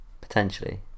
Potentially